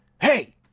hey